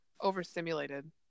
overstimulated